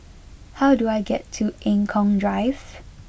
how do I get to Eng Kong Drive